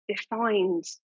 defined